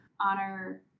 honor